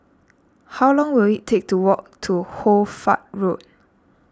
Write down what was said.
how long will it take to walk to Hoy Fatt Road